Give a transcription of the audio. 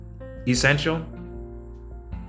Essential